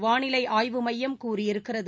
வானிலை ஆய்வு மையம் கூறியிருக்கிறது